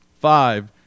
Five